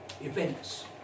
events